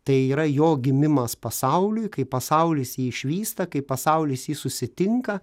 tai yra jo gimimas pasauliui kai pasaulis jį išvysta kai pasaulis jį susitinka